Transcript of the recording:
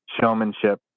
showmanship